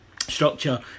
structure